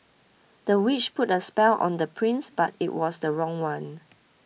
the witch put a spell on the prince but it was the wrong one